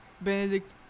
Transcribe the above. Benedict